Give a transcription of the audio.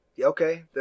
Okay